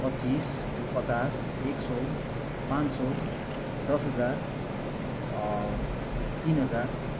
पच्चिस पचास एक सय पाँच सय दस हजार तिन हजार